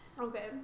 Okay